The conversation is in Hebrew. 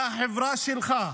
מהחברה שלך,